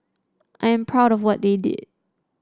I am proud of what they did